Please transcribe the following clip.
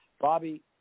Bobby